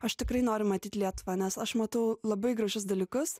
aš tikrai noriu matyt lietuvą nes aš matau labai gražus dalykus